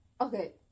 Okay